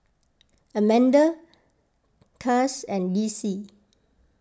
Amanda Cas and Desi